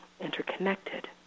interconnected